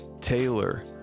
Taylor